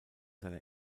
seiner